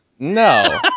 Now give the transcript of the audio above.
No